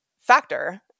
factor